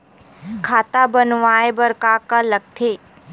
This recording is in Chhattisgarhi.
खाता बनवाय बर का का लगथे?